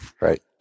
Right